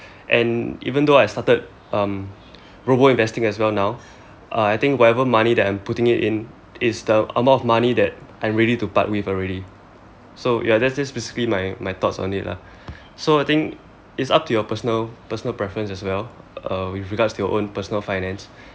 and even though I started um robo investing as well now I think whatever money that I'm putting it in is the amount of money that I'm ready to part with already so ya that's just basically my my thoughts on it lah so I think it's up to your personal personal preference as well uh with regards to your own personal finance